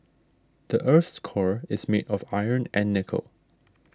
the earth's core is made of iron and nickel